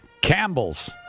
Campbell's